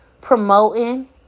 promoting